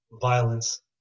violence